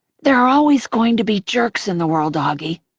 there are always going to be jerks in the world, auggie,